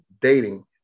dating